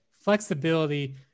flexibility